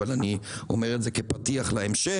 אבל אני אומר את זה כפתיח להמשך,